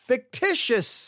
Fictitious